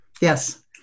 Yes